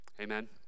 amen